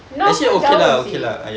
north pun jauh seh